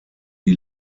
die